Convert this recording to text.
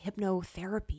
hypnotherapy